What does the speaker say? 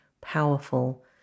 powerful